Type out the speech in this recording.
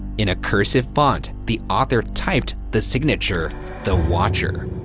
in a cursive font, the author typed the signature the watcher.